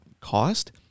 cost